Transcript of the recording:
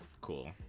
cool